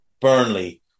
Burnley